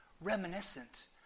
Reminiscent